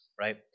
right